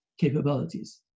capabilities